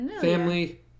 Family